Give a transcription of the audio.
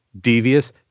devious